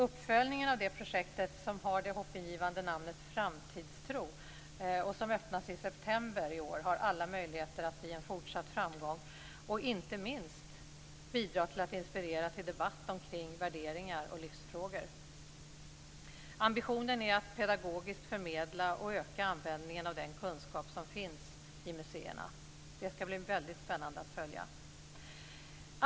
Uppföljningen av det projektet, som har det hoppingivande namnet Framtidstro, öppnas i september i år. Det har alla möjligheter att bli en fortsatt framgång och inte minst bidra till att inspirera till debatt omkring värderingar och livsfrågor. Ambitionen är att pedagogiskt förmedla och öka användningen av den kunskap som finns i museerna. Det skall bli väldigt spännande att följa detta.